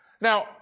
Now